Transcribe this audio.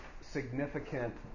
significant